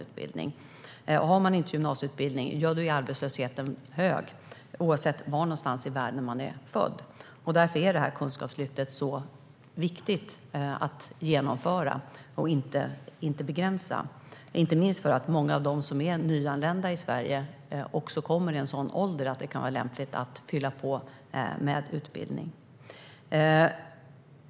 Om man inte har en gymnasieutbildning är arbetslösheten hög, oavsett var i världen man är född. Därför är det viktigt att genomföra kunskapslyftet, inte begränsa det, inte minst därför att många nyanlända kommer till Sverige i en ålder då det kan vara lämpligt att fylla på med utbildning.